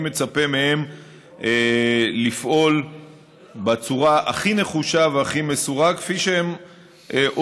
לפעול בצורה הכי נחושה והכי מסורה,